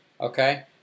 Okay